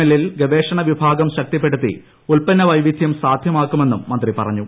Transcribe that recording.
എല്ലിൽ ഗവേഷണ വിഭാഗും ശ്ലക്തിപ്പെടുത്തി ഉത്പന്ന വൈവിധ്യം സാധ്യമാക്കുമെന്നും മന്ത്രി പ്ണ്ഞു